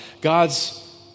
God's